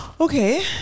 Okay